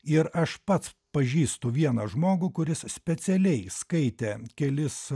ir aš pats pažįstu vieną žmogų kuris specialiai skaitė kelis